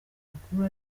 amakuru